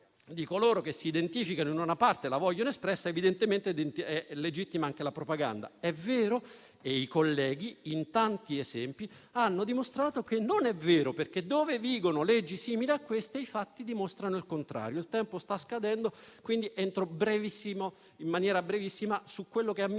di coloro che si identificano in una parte e la vogliono espressa, evidentemente lo è anche la propaganda)? È vero? I colleghi in tanti esempi hanno dimostrato che non è vero, perché, dove vigono leggi simile a queste, i fatti dimostrano il contrario. Il tempo a mia disposizione sta scadendo, quindi mi soffermo in maniera brevissima su quello che, a mio